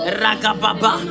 ragababa